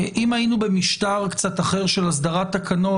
אם היינו במשטר קצת אחר של הסדרת תקנות,